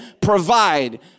provide